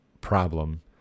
problem